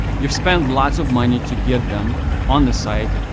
you've spend lots of money to get them on the site,